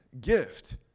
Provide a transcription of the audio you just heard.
gift